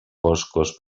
foscos